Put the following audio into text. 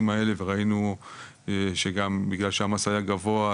האלה וגם ראינו שבגלל שהמס היה גבוה,